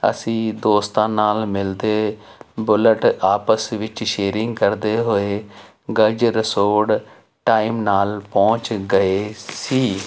ਅਸੀਂ ਦੋਸਤਾਂ ਨਾਲ ਮਿਲਦੇ ਬੁਲਟ ਆਪਸ ਵਿੱਚ ਸ਼ੇਅਰਿੰਗ ਕਰਦੇ ਹੋਏ ਗਜਰਸੋਡ ਟਾਈਮ ਨਾਲ ਪਹੁੰਚ ਗਏ ਸੀ